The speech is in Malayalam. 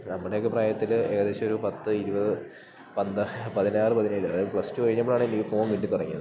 നമ്മുടേക്കെ പ്രായത്തില് ഏകദേശം ഒരു പത്ത് ഇരുപത് പതിനാറ് പതിനേഴ് അതായത് പ്ലസ്ടു കഴിഞ്ഞപ്പളാണ് എനിക്ക് ഫോൺ കിട്ടി തൊടങ്ങിയത്